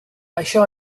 això